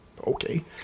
Okay